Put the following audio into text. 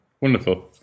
Wonderful